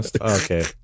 Okay